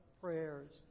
prayers